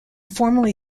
formally